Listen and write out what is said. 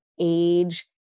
age